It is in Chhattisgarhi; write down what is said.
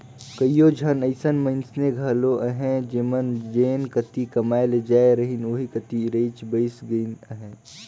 कइयो झन अइसन मइनसे घलो अहें जेमन जेन कती कमाए ले जाए रहिन ओही कती रइच बइस गइन अहें